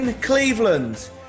Cleveland